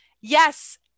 yes